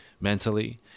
mentally